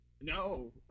No